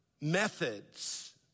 Methods